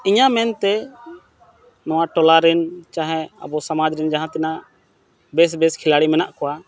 ᱤᱧᱟᱹᱜ ᱢᱮᱱᱛᱮ ᱱᱚᱣᱟ ᱴᱚᱞᱟ ᱨᱮᱱ ᱪᱟᱦᱮ ᱟᱵᱚ ᱥᱚᱢᱟᱡᱽ ᱨᱮᱱ ᱡᱟᱦᱟᱸ ᱛᱤᱱᱟᱹᱜ ᱵᱮᱥ ᱵᱮᱥ ᱠᱷᱮᱞᱟᱲᱤ ᱢᱮᱱᱟᱜ ᱠᱚᱣᱟ